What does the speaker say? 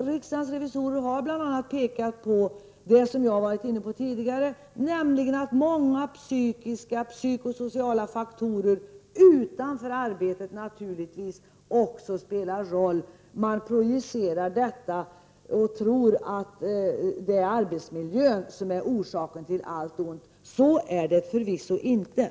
Riksdagens revisorer har bl.a. pekat på det som jag varit inne på tidigare, nämligen att många psykiska och psykosociala faktorer utanför arbetet na turligtvis också spelar roll. Man projicerar detta och tror att det är arbetsmiljön som är orsaken till allt ont. Så är det förvisso inte.